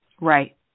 Right